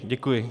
Děkuji.